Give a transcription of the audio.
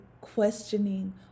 questioning